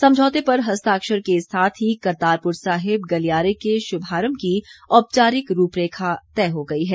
समझौते पर हस्ताक्षर के साथ ही करतारपुर साहिब गलियारे के शुभारंभ की औपचारिक रूपरेखा तय हो गई है